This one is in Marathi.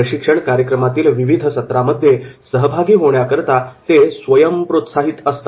प्रशिक्षण कार्यक्रमातील विविध सत्रांमध्ये सहभागी होण्याकरता ते स्वयम् प्रोत्साहित असतात